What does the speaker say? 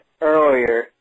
earlier